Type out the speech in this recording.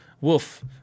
Wolf